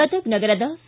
ಗದಗ ನಗರದ ಸಿ